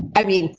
i mean,